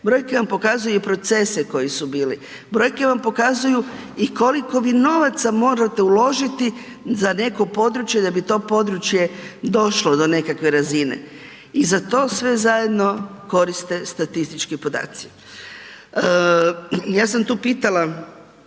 Brojke vam pokazuju i procese koji su bili, brojke vam pokazuju i koliko vi novaca morate uložiti za neko područje da bi to područje došlo do nekakve razine i za to sve zajedno koriste statistički podaci. Ja sam tu pitala